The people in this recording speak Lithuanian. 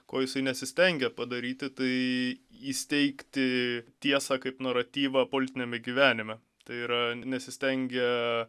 ko jisai nesistengia padaryti tai įsteigti tiesą kaip naratyvą politiniame gyvenime tai yra nesistengia